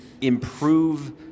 improve